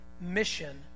mission